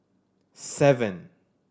seven